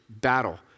battle